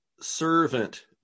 servant